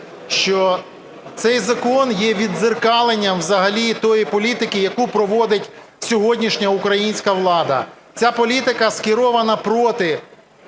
що цей закон є віддзеркаленням взагалі тої політики, яку проводить сьогоднішня українська влада. Ця політика скерована проти